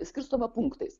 skirstome punktais